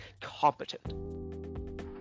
competent